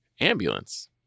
ambulance